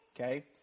okay